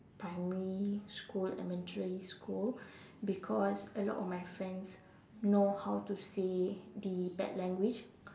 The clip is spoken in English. primary school elementary school because a lot of my friends know how to say the bad language